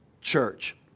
church